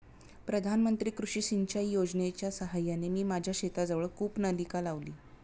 प्रधानमंत्री कृषी सिंचाई योजनेच्या साहाय्याने मी माझ्या शेताजवळ कूपनलिका लावली